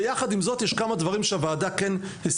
יחד עם זאת יש כמה דברים שהוועדה כן הסיקה.